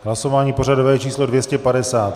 Hlasování pořadové číslo 250.